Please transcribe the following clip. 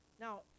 now